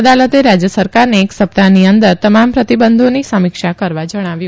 અદાલતે રા ય સરકારને એક સપ્તાહની અંદર તમામ પ્રતિબંધોની સમીક્ષા કરવા ણાવ્યું